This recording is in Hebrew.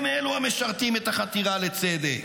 הם אלו המשרתים את החתירה לצדק.